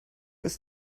ist